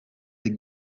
des